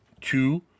two